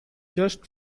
just